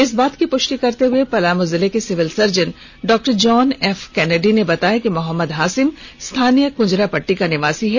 इस बात की पुष्टि करते हुए पलामू जिले के सिविल सर्जन डॉ जॉन एफ कैनेडी ने बताया कि मोहम्मद हासिम स्थानीय कुजरा पट्टी का निवासी है